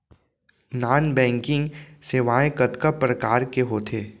non banking सेवाएं कतका प्रकार के होथे